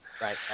right